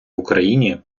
україні